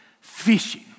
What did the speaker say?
fishing